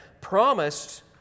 promised